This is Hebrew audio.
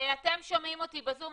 אתם שומעים אותי בזום,